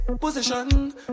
position